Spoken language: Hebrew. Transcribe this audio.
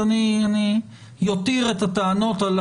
אז אני אותיר את הטענות על